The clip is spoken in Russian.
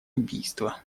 убийства